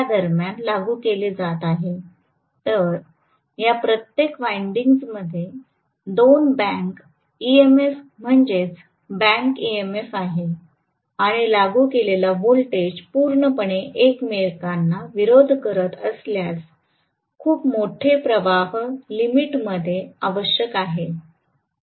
तर या प्रत्येक विन्डीन्गस मध्ये दोन बॅक EMF म्हणजेच बॅक EMF आहे आणि लागू केलेला व्होल्टेज पूर्णपणे एकमेकांना विरोध करत असल्यास खूप मोठे प्रवाह लिमिट करणे आवश्यक आहे